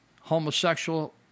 homosexual